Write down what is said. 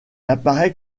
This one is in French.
apparaît